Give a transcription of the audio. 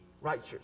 righteous